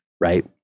right